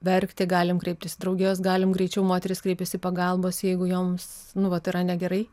verkti galim kreiptis į drauges galim greičiau moterys kreipiasi pagalbos jeigu joms nu vat yra negerai